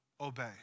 obey